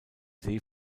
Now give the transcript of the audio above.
see